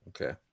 Okay